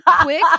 quick